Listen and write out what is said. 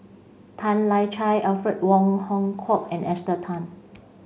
Tan Lian Chye Alfred Wong Hong Kwok and Esther Tan